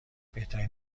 بهترین